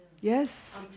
Yes